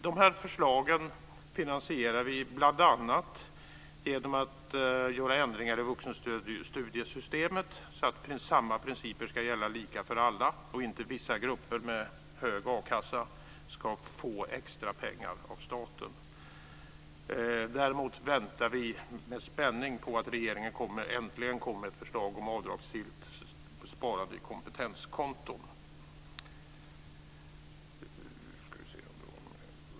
Dessa förslag finansierar vi bl.a. genom att göra ändringar i vuxenstudiestödssystemet, så att samma principer ska gälla lika för alla och att inte vissa grupper med hög a-kassa ska få extrapengar av staten. Däremot väntar vi med spänning på att regeringen äntligen ska komma med ett förslag om avdragsgillt sparande i kompetenskonton.